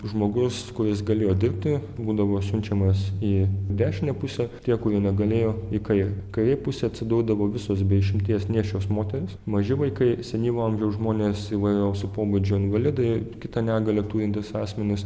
žmogus kuris galėjo dirbti būdavo siunčiamas į dešinę pusę tie kurie negalėjo į kairę kairė pusė atsiduodavo visos be išimties nėščios moterys maži vaikai senyvo amžiaus žmonės įvairiausio pobūdžio invalidai kitą negalią turintys asmenys